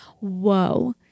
Whoa